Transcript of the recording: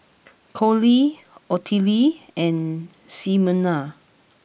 Collie Ottilie and Ximena